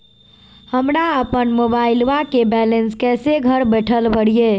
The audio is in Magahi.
हमरा अपन मोबाइलबा के बैलेंस कैसे घर बैठल भरिए?